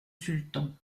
sultan